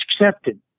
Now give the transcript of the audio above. accepted